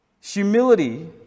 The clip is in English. Humility